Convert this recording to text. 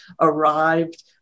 arrived